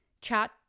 chat